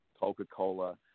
Coca-Cola